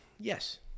Yes